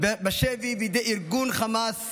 בשבי בידי ארגון חמאס